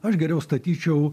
aš geriau statyčiau